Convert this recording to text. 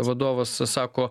vadovas sako